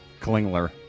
Klingler